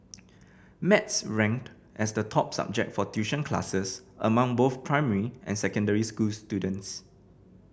maths ranked as the top subject for tuition classes among both primary and secondary school students